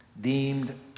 deemed